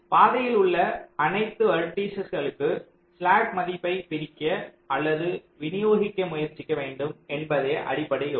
பாதையில் உள்ள அனைத்து வெர்டிசஸ்களுக்கு ஸ்லாக் மதிப்பை பிரிக்க அல்லது விநியோகிக்க முயற்சிக்க வேண்டும் என்பதே அடிப்படை யோசனை